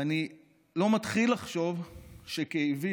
ואני לא מתחיל לחשוב שכאבי